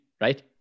right